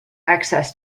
access